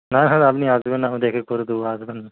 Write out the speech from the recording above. হ্যাঁ হ্যাঁ আপনি আসবেন আমি দেখে করে দেবো আসবেন